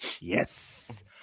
Yes